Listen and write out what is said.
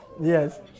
Yes